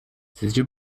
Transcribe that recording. sizce